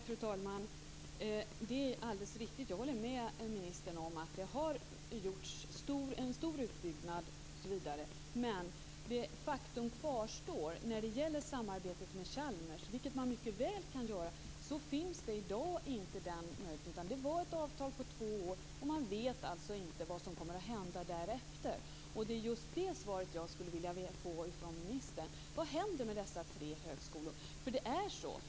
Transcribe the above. Fru talman! Det är alldeles riktigt. Jag håller med ministern om att det har gjorts en stor utbyggnad, men faktum kvarstår när det gäller samarbetet med Chalmers. Den möjligheten finns inte i dag. Avtalet omfattade två år, och man vet inte vad som kommer att hända därefter. Det är just det som jag skulle vilja veta. Vad händer med dessa tre högskolor?